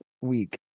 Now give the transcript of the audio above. week